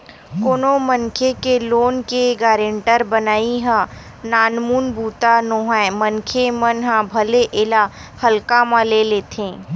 कोनो मनखे के लोन के गारेंटर बनई ह नानमुन बूता नोहय मनखे मन ह भले एला हल्का म ले लेथे